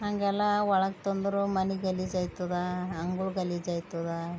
ಹಾಗೆಲ್ಲ ಒಳಗೆ ತಂದ್ರೆ ಮನೆ ಗಲೀಜು ಆಯ್ತದ ಅಂಗಳ ಗಲೀಜು ಆಯ್ತದ